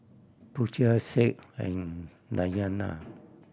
Putra Said and Dayana